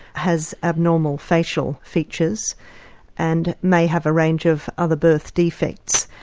has abnormal facial features and may have a range of other birth defects,